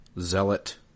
zealot